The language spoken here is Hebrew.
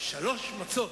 שלוש מצות,